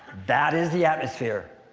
that is the atmosphere.